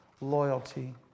loyalty